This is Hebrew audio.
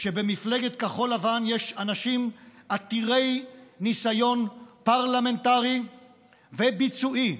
שבמפלגת כחול לבן יש אנשים עתירי ניסיון פרלמנטרי וביצועי.